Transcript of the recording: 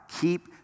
Keep